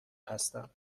هستم